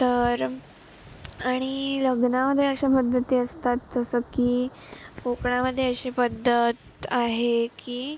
तर आणि लग्नामध्ये अशा पद्धती असतात जसं की कोकणामध्ये अशी पद्धत आहे की